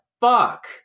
fuck